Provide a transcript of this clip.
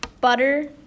butter